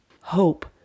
Hope